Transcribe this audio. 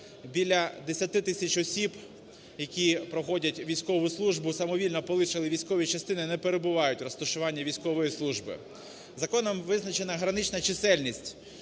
десяти тисяч осіб, які проходять військову службу, самовільно полишили військові частини, не перебувають у розташуванні військової служби. Законом визначена гранична чисельність